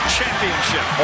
Championship